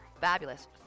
fabulous